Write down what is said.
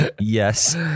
Yes